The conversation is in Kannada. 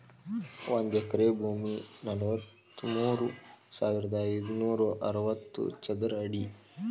ಒಂದ ಎಕರೆ ಭೂಮಿ ನಲವತ್ಮೂರು ಸಾವಿರದ ಐದನೂರ ಅರವತ್ತ ಚದರ ಅಡಿ